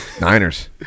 Niners